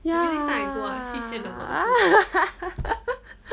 ya